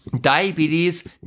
diabetes